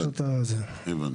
הבנתי.